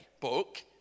book